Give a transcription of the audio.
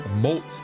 molt